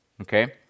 Okay